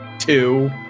Two